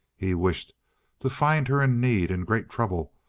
he wished to find her in need, in great trouble,